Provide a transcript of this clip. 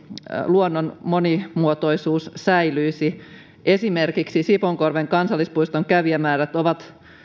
luonnon monimuotoisuus säilyisi esimerkiksi sipoonkorven kansallispuiston kävijämäärät ovat